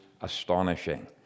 astonishing